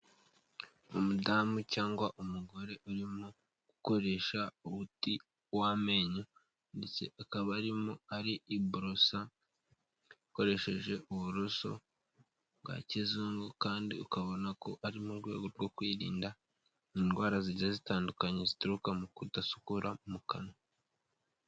Umudamu cyangwa umugore urimo gukoresha umuti w'amenyo ndetse akaba arimo ariborosa, akoresheje uburoso bwa kizungu kandi ukabona ko ari mu rwego rwo kwirinda indwara zigiye zitandukanye zituruka mu kudasukura mu kanwa.